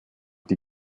die